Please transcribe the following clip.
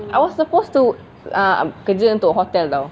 I was supposed to uh kerja untuk hotel [tau]